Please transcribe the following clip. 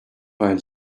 while